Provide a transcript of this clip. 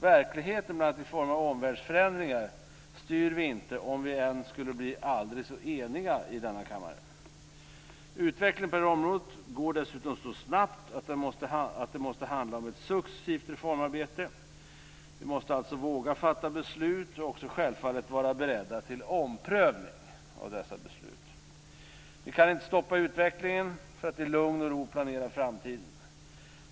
Verkligheten, bl.a. i form av omvärldsförändringar, styr vi inte om vi än skulle bli aldrig så eniga. Utvecklingen på detta område går dessutom så snabbt att det måste handla om ett successivt reformarbete. Vi måste alltså våga fatta beslut och också självfallet vara beredda till omprövning av dessa beslut. Vi kan inte stoppa utvecklingen för att i lugn och ro planera framtiden.